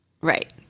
Right